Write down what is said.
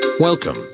Welcome